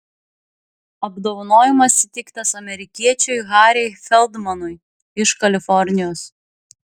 apdovanojimas įteiktas amerikiečiui harry feldmanui iš kalifornijos